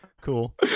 cool